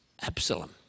Absalom